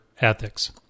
ethics